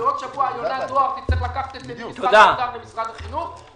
ובעוד שבוע יונת דואר תצטרך לקחת את זה ממשרד האוצר למשרד החינוך,